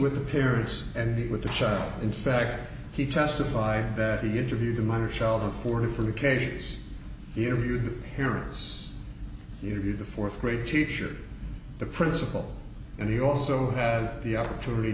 with the parents and the with the child in fact he testified that he interviewed a minor child in four different occasions interviewed parents interviewed the fourth grade teacher the principal and he also had the opportunity